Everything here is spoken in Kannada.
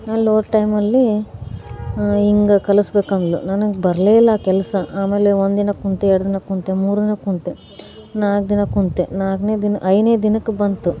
ನಾನು ಅಲ್ಲಿ ಹೋದ ಟೈಮಲ್ಲಿ ಹೀಗೆ ಕಲಿಸ್ಬೇಕು ಅಂದಳು ನನಗೆ ಬರಲೇ ಇಲ್ಲ ಕೆಲಸ ಆಮೇಲೆ ಒಂದಿನ ಕುಳಿತೆ ಎರ್ಡು ದಿನ ಕುಳಿತೆ ಮೂರು ದಿನ ಕುಳಿತೆ ನಾಲ್ಕು ದಿನ ಕುಳಿತೆ ನಾಲ್ಕನೇ ದಿನ ಐದನೇ ದಿನಕ್ಕೆ ಬಂತು